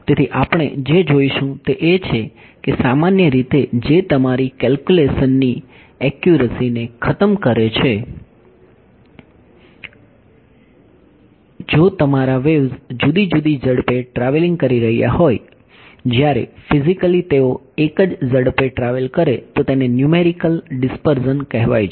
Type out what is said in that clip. તેથી આપણે જે જોઈશું તે એ છે કે સામાન્ય રીતે જે તમારી કેલ્ક્યુલેશનની એક્યુરસીને ખતમ કરે છે જો તમારા વેવ્ઝ જુદી જુદી ઝડપે ટ્રાવેલિંગ કરી રહ્યા હોય જ્યારે ફિઝિકલી તેઓ એક જ ઝડપે ટ્રાવેલ કરે તો તેને ન્યૂમેરિકલ ડિસપર્ઝન કહેવાય છે